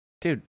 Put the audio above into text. dude